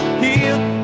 healed